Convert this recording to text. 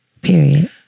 period